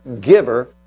giver